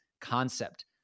concept